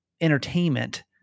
entertainment